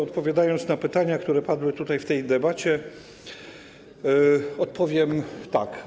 Odpowiadając na pytania, które padły w tej debacie, powiem tak.